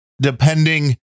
depending